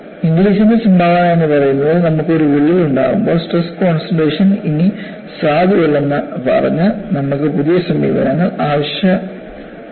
ഇംഗ്ലിസിന്റെ സംഭാവന എന്നു പറയുന്നത് നമുക്ക് ഒരു വിള്ളൽ ഉണ്ടാകുമ്പോൾ സ്ട്രെസ് കോൺസെൻട്രേഷൻ ഇനി സാധുവല്ലെന്ന് പറഞ്ഞ് നമുക്ക് പുതിയ സമീപനങ്ങൾ ആവശ്യമാണ്